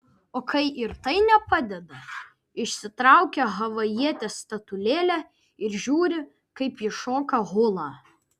o kai ir tai nepadeda išsitraukia havajietės statulėlę ir žiūri kaip ji šoka hulą